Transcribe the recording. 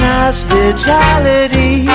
hospitality